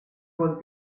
was